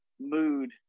mood